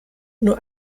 nur